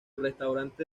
restaurante